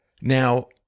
Now